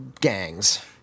gangs